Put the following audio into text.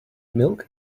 milk